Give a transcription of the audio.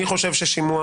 אני חושב ששימוע,